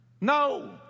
no